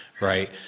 right